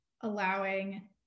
allowing